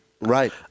Right